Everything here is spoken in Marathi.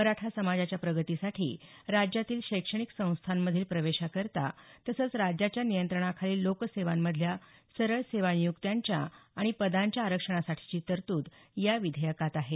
मराठा समाजाच्या प्रगतीसाठी राज्यातील शैक्षणिक संस्थांमधील प्रवेशाकरिता तसंच राज्याच्या नियंत्रणाखालील लोकसेवां मधल्या सरळसेवा नियुक्त्यांच्या आणि पदांच्या आरक्षणासाठीची तरतूद या विधेयकात आहे